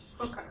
Okay